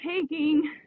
taking